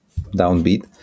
downbeat